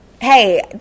Hey